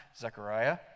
Zechariah